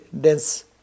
dense